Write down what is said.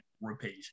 repeat